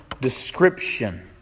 description